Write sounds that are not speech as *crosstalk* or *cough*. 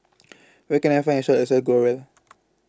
Where Can I Find A Shop that sells Growell *noise*